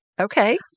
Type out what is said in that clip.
Okay